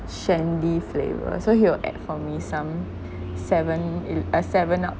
shandy flavour so he will add for me some seven uh seven up